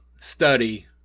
study